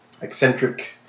Eccentric